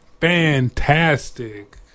Fantastic